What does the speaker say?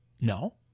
No